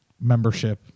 membership